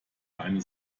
eine